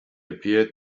appeared